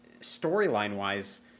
storyline-wise